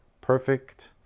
perfect